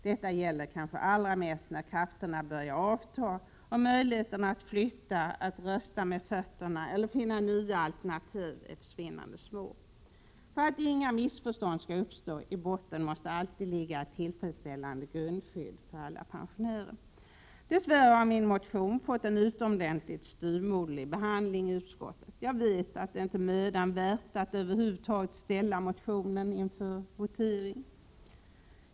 Detta gäller kanske allra mest när krafterna börjar avta och möjligheterna att flytta — att rösta med fötterna — eller finna nya alternativ är försvinnande små. För att inga missförstånd skall uppstå: I botten måste alltid ligga ett tillfredsställande grundskydd för alla pensionärer. Dess värre har min motion fått en utomordentligt styvmoderlig behandling i utskottet. Jag vet att det inte är mödan värt att över huvud taget ställa motionen inför votering.